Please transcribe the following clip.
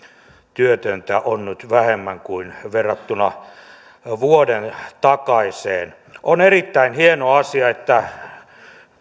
työtöntä on nyt vähemmän verrattuna vuoden takaiseen on erittäin hieno asia että